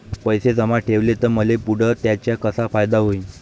पैसे जमा ठेवले त मले पुढं त्याचा कसा फायदा होईन?